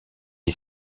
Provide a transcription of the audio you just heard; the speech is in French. est